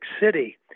City